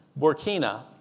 Burkina